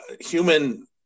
human